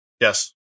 Yes